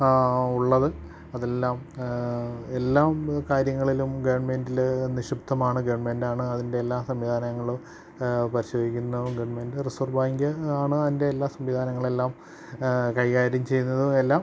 ആ ഉള്ളത് അതെല്ലാം എല്ലാം കാര്യങ്ങളിലും ഗവൺമെൻ്റില് നിക്ഷിപ്തമാണ് ഗവൺമെൻ്റാണ് അതിൻ്റെ എല്ലാ സംവിധാനങ്ങളും പരിശോധിക്കുന്നത് ഗവൺമെൻ്റ് റിസർവ് ബാങ്കാണ് അതിൻ്റെ എല്ലാ സംവിധാനങ്ങളെല്ലാം കൈകാര്യം ചെയ്യുന്നതുമെല്ലാം